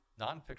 nonfiction